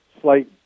slight